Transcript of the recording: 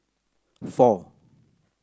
four